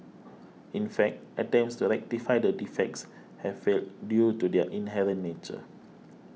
in fact attempts to rectify the defects have failed due to their inherent nature